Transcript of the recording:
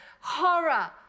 horror